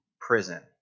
prison